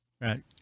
Right